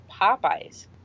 Popeyes